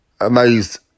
amazed